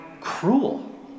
cruel